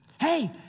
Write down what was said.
Hey